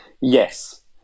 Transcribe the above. Yes